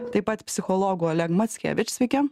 taip pat psichologu oleg mackevič sveiki